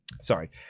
Sorry